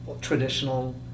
traditional